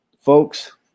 folks